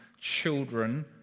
children